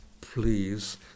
please